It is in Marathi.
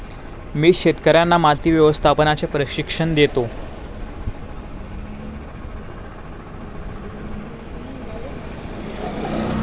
मी शेतकर्यांना माती व्यवस्थापनाचे प्रशिक्षण देतो